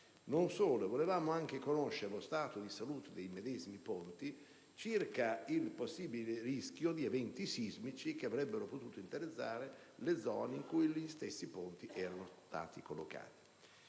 Non solo: volevamo anche conoscere lo stato di salute dei medesimi ponti circa il possibile rischio di eventi sismici che avrebbero potuto interessare le zone in cui gli stessi ponti erano stati collocati.